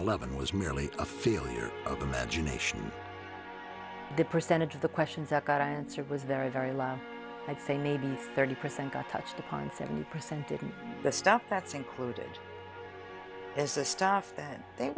eleven was merely a failure of imagination the percentage of the questions that are answered was very very low i'd say maybe thirty percent got touched upon seventy percent of the stuff that's included as the stuff that